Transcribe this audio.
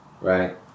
right